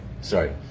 sorry